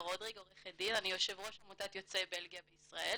עורכת דין, אני יו"ר עמותת יוצאי בלגיה בישראל